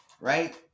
Right